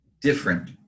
different